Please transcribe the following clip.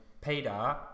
Peter